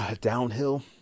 downhill